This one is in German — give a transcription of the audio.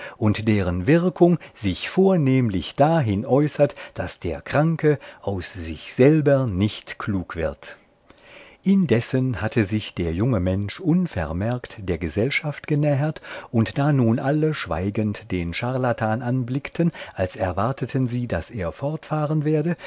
und deren wirkung sich vornehmlich dahin äußert daß der kranke aus sich selber nicht klug wird indessen hatte sich der junge mensch unvermerkt der gesellschaft genähert und da nun alle schweigend den charlatan anblickten als erwarteten sie daß er fortfahren werde